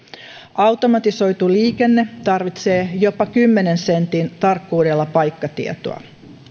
automatisoitu liikenne tarvitsee jopa kymmenen sentin tarkkuudella paikkatietoa